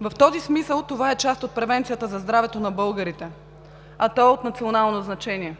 В този смисъл това е част от превенцията за здравето на българите, а то е от национално значение.